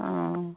ও